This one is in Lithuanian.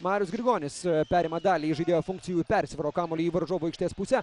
marius grigonis perima dalį įžaidėjo funkcijų persivaro kamuolį į varžovų aikštės pusę